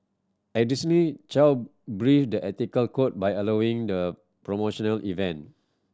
additionally Chow breached the ethical code by allowing the promotional event